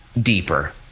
deeper